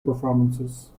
performances